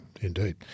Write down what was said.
Indeed